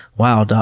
wow, doc,